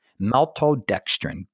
maltodextrin